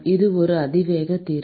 இது ஒரு அதிவேக தீர்வு